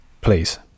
Please